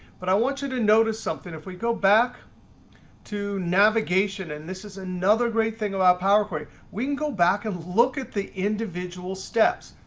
but i want you to notice something. if we go back to navigation, and this is another great thing about power query, we can go back and look at the individual steps.